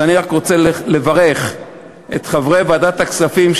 אני רק רוצה לברך את חברי ועדת הכספים,